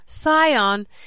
Sion